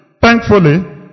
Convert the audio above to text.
Thankfully